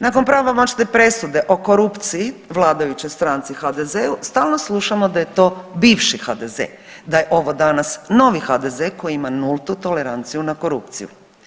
Nakon pravomoćne presude o korupciji vladajućoj stranci HDZ-u stalno slušamo da je to bivši HDZ, da je ovo danas novi HDZ koji ima nultu toleranciju na korupciju.